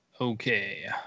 okay